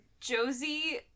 Josie